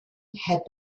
had